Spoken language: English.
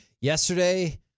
yesterday